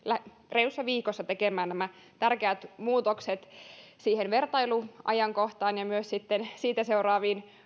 reilussa viikossa tekemään nämä tärkeät muutokset siihen vertailuajankohtaan ja myös sitten siitä seuraaviin